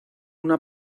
una